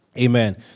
Amen